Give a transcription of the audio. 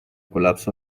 colapso